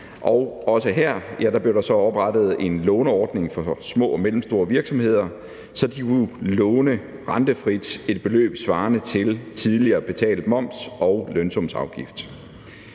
og også her blev der så oprettet en låneordning for små og mellemstore virksomheder, så de rentefrit kunne låne et beløb svarende til tidligere betalt moms og lønsumsafgift.